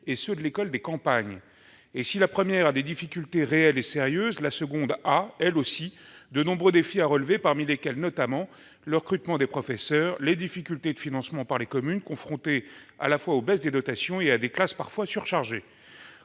et ceux de l'école des campagnes. Si la première a des difficultés réelles et sérieuses, la seconde a, elle aussi, de nombreux défis à relever, parmi lesquels, notamment, le recrutement des professeurs, les difficultés de financement par les communes, confrontées à la fois aux baisses des dotations et à des classes parfois surchargées.